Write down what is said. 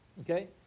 Okay